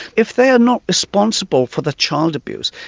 if they are not responsible for the child abuse,